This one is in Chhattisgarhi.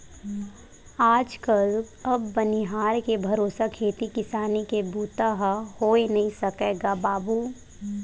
आज कल अब बनिहार के भरोसा खेती किसानी के बूता ह होय नइ सकय गा बाबूय